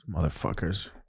Motherfuckers